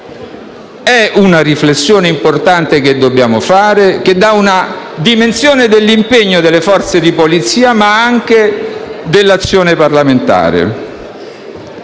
È una riflessione importante che dobbiamo fare e dà una dimensione dell'impegno delle Forze di polizia, ma anche dell'azione parlamentare.